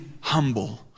humble